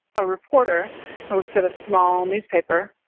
a reporter that works at a small newspaper.